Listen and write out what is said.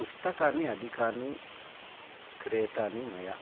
पुस्तकानि अधिकानि क्रीतानि मया